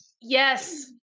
Yes